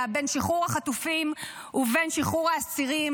בין שחרור החטופים ובין שחרור האסירים